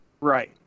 Right